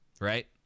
right